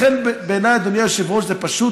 לכן בעיניי, אדוני היושב-ראש, זה פשוט